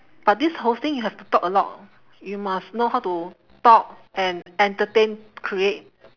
but this hosting you have to talk a lot you must know how to talk and entertain create